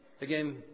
Again